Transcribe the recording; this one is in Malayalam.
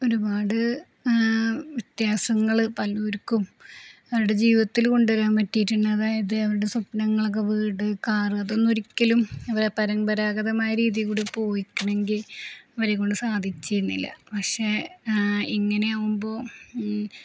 ഒരുപാടു വ്യത്യാസങ്ങള് പലവര്ക്കും അവരുടെ ജീവിതത്തില് കൊണ്ടുവരാൻ പറ്റിയിട്ടുണ്ട് അതായത് അവരുടെ സ്വപ്നങ്ങളൊക്കെ വീട് കാറതൊന്നുമൊരിക്കലും പരമ്പരാഗതമായ രീതിയില്ക്കൂടി പോയിക്കണെങ്കില് അവരെക്കൊണ്ടു സാധിച്ചിരുന്നില്ല പക്ഷേ ഇങ്ങനെയാവുമ്പോള്